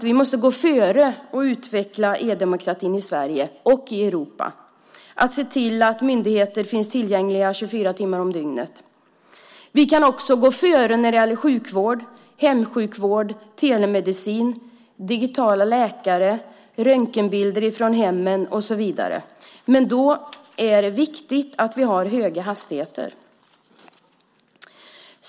Vi måste gå före och utveckla e-demokratin i Sverige och i Europa och se till att myndigheter finns tillgängliga 24 timmar om dygnet. Vi kan också gå före när det gäller sjukvård, hemsjukvård, telemedicin, digitala läkare, röntgenbilder från hemmen och så vidare. Då är det viktigt att vi har höga hastigheter.